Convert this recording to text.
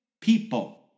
people